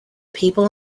people